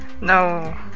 No